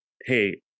hey